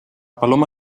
paloma